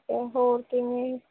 ਇਹ ਹੋਰ ਕਿਵੇਂ